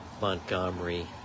Montgomery